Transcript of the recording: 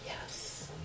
Yes